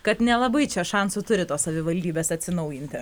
kad nelabai čia šansų turi tos savivaldybės atsinaujinti